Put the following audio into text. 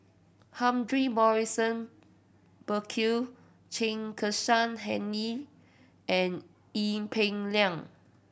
Humphrey Morrison Burkill Chen Kezhan Henri and Ee Peng Liang